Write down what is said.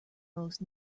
most